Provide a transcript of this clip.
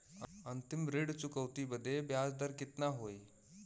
अंतिम ऋण चुकौती बदे ब्याज दर कितना होई?